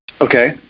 Okay